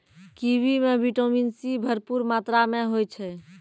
kiwi म vitamin C भरपूर मात्रा में होय छै